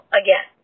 again